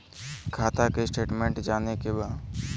खाता के स्टेटमेंट जाने के बा?